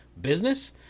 business